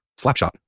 Slapshot